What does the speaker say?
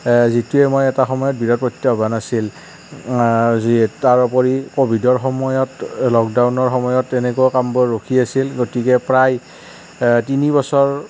যিটোৱে মানে এটা সময়ত বিৰাট প্ৰত্যাহ্বান আছিল যিহেতু তাৰোপৰি কোভিডৰ সময়ত লকডাউনৰ সময়ত তেনেকুৱা কামবোৰ ৰখি আছিল গতিকে প্ৰায় তিনি বছৰ